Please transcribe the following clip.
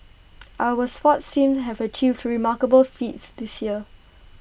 our sports teams have achieved remarkable feats this year